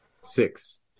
Six